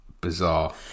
bizarre